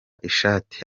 ishati